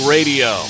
Radio